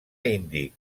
índic